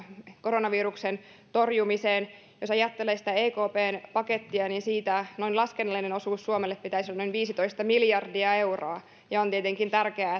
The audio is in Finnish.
koronaviruksen torjumiseen jos ajattelee sitä ekpn pakettia niin siitä laskennallinen osuus suomelle pitäisi olla noin viisitoista miljardia euroa ja on tietenkin tärkeää